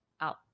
out